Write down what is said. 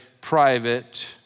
Private